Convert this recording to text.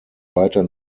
weiter